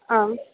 आम्